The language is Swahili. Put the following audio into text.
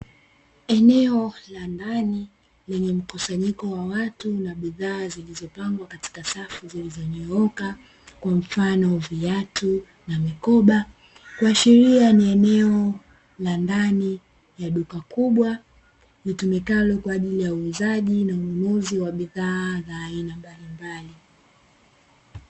Eneo la ndani, lenye mkusanyiko wa watu na bidhaa zilizopangwa katika safu zilizonyooka, kwa mfano; viatu na mikoba. Kuashirira ni eneo la ndani ya duka kubwa, litumikalo kwa ajili ya uuzaji na ununuzi wa bidhaa za aina mbalimbali.